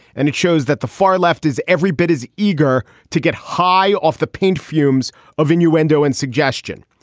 and it shows that the far left is every bit as eager to get high off the paint fumes of innuendo and suggestion.